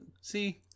See